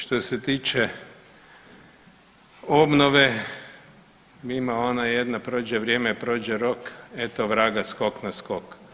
Što se tiče obnove, ima ona jedna, prođe vrijeme, prođe rok, evo vraga skok na skok.